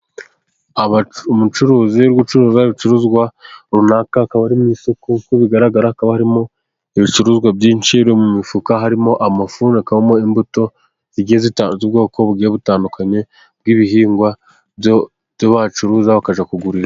Umucuruziuri ucuruza ibicuruzwa runaka, akaba ari mu isoko. Uko bigaragara hakaba harimo ibicuruzwa byinshi no mu mifuka harimo amafu hakamo imbuto z'ubwoko butandukanye bw'ibihingwa bacuruza bakajya kugurisha.